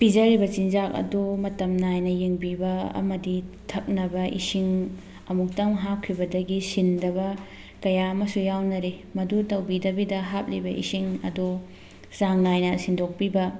ꯄꯤꯖꯥꯔꯤꯕ ꯆꯤꯟꯖꯥꯛ ꯑꯗꯨ ꯃꯇꯝ ꯅꯥꯏꯅ ꯌꯦꯡꯕꯤꯕ ꯑꯃꯗꯤ ꯊꯛꯅꯕ ꯏꯁꯤꯡ ꯑꯃꯨꯛꯇꯪ ꯍꯥꯞꯈꯤꯕꯗꯒꯤ ꯁꯤꯟꯗꯕ ꯀꯌꯥ ꯑꯃꯁꯨ ꯌꯥꯎꯅꯔꯤ ꯃꯗꯨ ꯇꯧꯕꯤꯗꯕꯤꯗ ꯍꯥꯞꯂꯤꯕ ꯏꯁꯤꯡ ꯑꯗꯨ ꯆꯥꯡ ꯅꯥꯏꯅ ꯁꯤꯟꯗꯣꯛꯄꯤꯕ